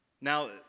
Now